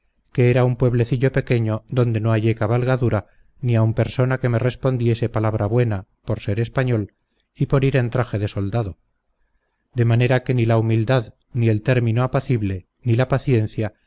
que era un pueblecillo pequeño donde no hallé cabalgadura ni aun persona que me respondiese palabra buena por ser español y por ir en traje de soldado de manera que ni la humildad ni el término apacible ni la paciencia